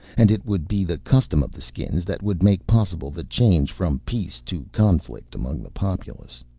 and it would be the custom of the skins that would make possible the change from peace to conflict among the populace.